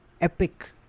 epic